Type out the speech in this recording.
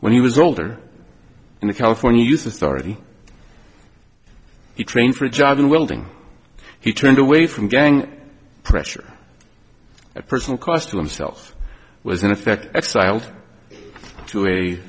when he was older and the california youth authority he trained for a job in wilting he turned away from gang pressure at personal cost to themselves was in effect exiled to a